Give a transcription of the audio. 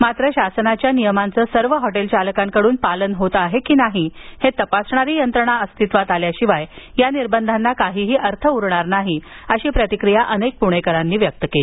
मात्र शासनाच्या नियमांचं सर्व हॉटेल चालकांकडून पालन होत आहे की नाही हे तपासणारी यंत्रणा अस्तित्वात आल्याशिवाय या निर्बंधांना काही अर्थ उरणार नाही अशी प्रतिक्रिया अनेक प्णेकरांनी व्यक्त केली